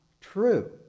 true